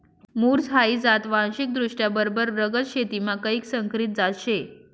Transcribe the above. मुर्स हाई जात वांशिकदृष्ट्या बरबर रगत पेशीमा कैक संकरीत जात शे